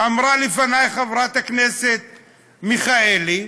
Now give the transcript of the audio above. אמרה לפני חברת הכנסת מיכאלי: